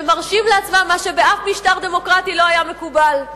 שמרשים לעצמם מה שבאף משטר דמוקרטי לא היה מקובל.